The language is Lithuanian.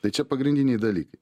tai čia pagrindiniai dalykai